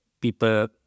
people